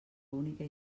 única